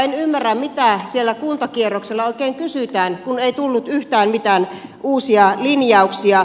en ymmärrä mitä siellä kuntakierroksella oikein kysytään kun ei tullut yhtään mitään uusia linjauksia